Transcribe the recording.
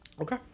Okay